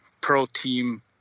pro-team